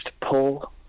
pull